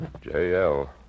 J-L